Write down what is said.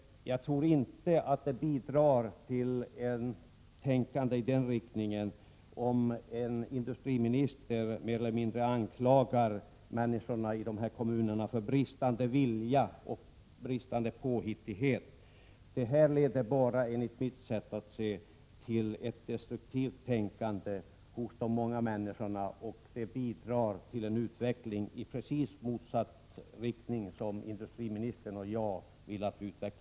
Jag tror inte att det bidrar till ett tänkande i denna riktning om en industriminisom ET NE att ter mer eller mindre anklagar människorna i dessa kommuner för bristande f TOT PSeREIQUng en i Bergslagen vilja och bristande påhittighet. Det leder bara, enligt mitt sätt att se, till ett destruktivt tänkande hos de många människorna, vilket i sin tur bidrar till en utveckling i precis motsatt riktning mot vad industriministern och jag vill.